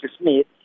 Smith